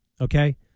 okay